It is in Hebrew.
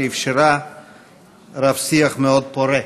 שאפשרה רב-שיח מאוד פורה.